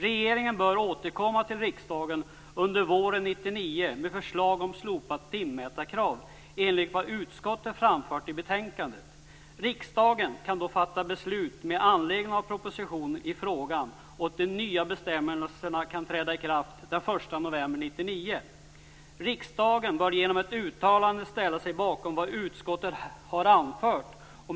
Regeringen bör under våren 1999 återkomma till riksdagen med förslag om slopat timmätarkrav, enligt vad utskottet framför i betänkandet. Riskdagen kan då fatta beslut med anledning av regeringens proposition i frågan, och de nya bestämmelserna kan träda i kraft den 1 november Riksdagen bör genom ett uttalande ställa sig bakom vad utskottet har anfört.